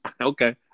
Okay